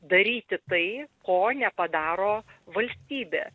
daryti tai ko nepadaro valstybė